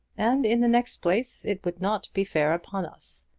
and in the next place it would not be fair upon us.